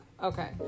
Okay